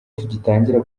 tugitangira